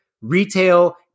Retail